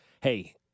Hey